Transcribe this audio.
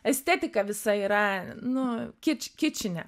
estetika visa yra nu kič kičinė